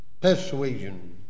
persuasion